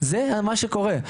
זה מה שקורה.